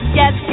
yes